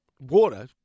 water